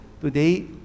today